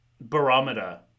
barometer